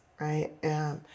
right